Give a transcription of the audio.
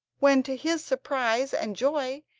when, to his surprise and joy,